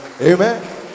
amen